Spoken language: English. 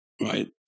Right